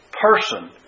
person